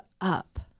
up